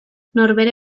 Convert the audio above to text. norbere